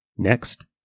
Next